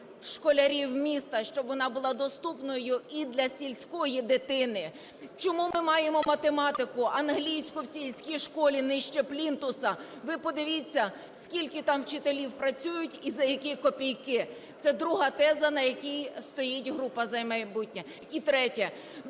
школярів міста, а щоб вона була доступною і для сільської дитини. Чому ми маємо математику, англійську в сільській школі нижче плінтуса? Ви подивіться, скільки там вчителів працюють і за які копійки. Це друга теза, на якій стоїть група "За майбутнє". І третє.